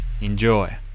Enjoy